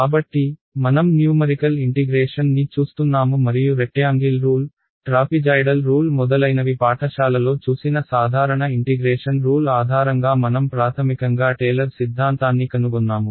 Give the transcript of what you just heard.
కాబట్టి మనం numerical integration ని చూస్తున్నాము మరియు రెక్ట్యాంగిల్ రూల్ ట్రాపిజాయ్డల్ రూల్ మొదలైనవి పాఠశాలలో చూసిన సాధారణ ఇంటిగ్రేషన్ రూల్ ఆధారంగా మనం ప్రాథమికంగా టేలర్ సిద్ధాంతాన్ని కనుగొన్నాము